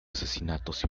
asesinatos